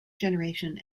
generation